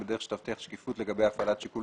בדרך שתבטיח שקיפות לגבי הפעלת שיקול